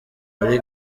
muri